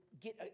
get